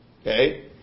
Okay